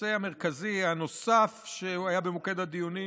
הנושא המרכזי הנוסף שהיה במוקד הדיונים